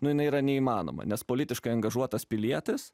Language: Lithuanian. nu jinai yra neįmanoma nes politiškai angažuotas pilietis